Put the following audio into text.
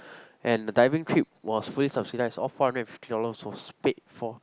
and the diving trip was fully subsidized all four hundred and fifty dollars was fully paid for